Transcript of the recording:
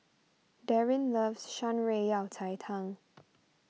Darryn loves Shan Rui Yao Cai Tang